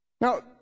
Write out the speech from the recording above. Now